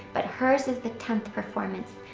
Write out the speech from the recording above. but hers is the tenth performance.